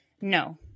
No